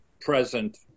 present